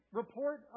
report